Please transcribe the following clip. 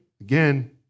Again